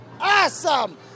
Awesome